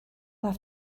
have